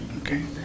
okay